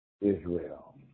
Israel